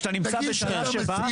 לגבי החיתוך של חצי שנה,